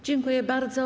Dziękuję bardzo.